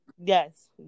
Yes